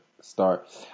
start